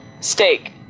Steak